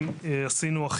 זאת אומרת,